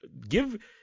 give